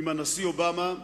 עם הנשיא אובמה,